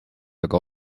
aga